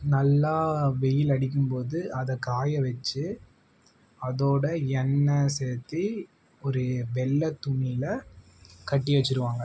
நல்லா வெயில் அடிக்கும் போது அதை காய வச்சு அதோடய எண்ணெய் சேர்த்தி ஒரு வெள்ளை துணியில் கட்டி வச்சிடுவாங்க